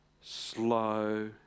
slow